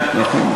כן, נכון.